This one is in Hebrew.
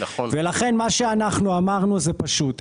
לכן מה שאנחנו אמרנו זה פשוט.